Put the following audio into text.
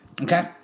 Okay